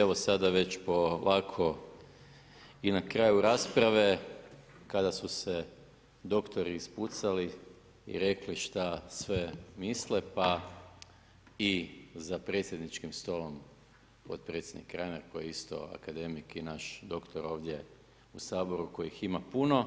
Evo sada već polako i na kraju rasprave kada su se doktori ispucali i rekli šta sve misle, pa i za predsjedničkim stolom potpredsjednik Reiner koji je isto akademik i naš doktor ovdje u Saboru kojih ima puno,